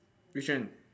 which one